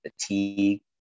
fatigue